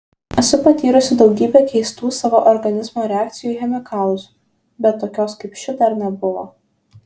esu patyrusi daugybę keistų savo organizmo reakcijų į chemikalus bet tokios kaip ši dar nebuvo